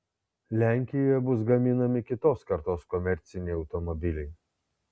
lenkijoje bus gaminami kitos kartos komerciniai automobiliai